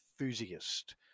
enthusiast